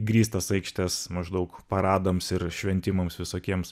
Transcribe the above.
grįstas aikštes maždaug paradams ir šventimams visokiems